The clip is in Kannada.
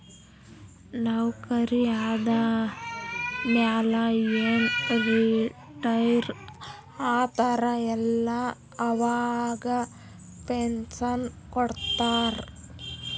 ನೌಕರಿ ಆದಮ್ಯಾಲ ಏನ್ ರಿಟೈರ್ ಆತಾರ ಅಲ್ಲಾ ಅವಾಗ ಪೆನ್ಷನ್ ಕೊಡ್ತಾರ್